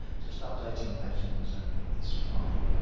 just updating page numbers only is fine.